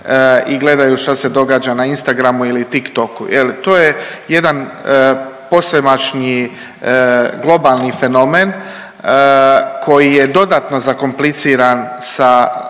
i gledaju šta se događa na Instagramu ili Tik Toku je li. To je jedan posvemašnji globalni fenomen koji je dodatno zakompliciran sa